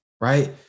right